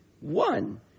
one